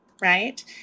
right